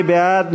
מי בעד?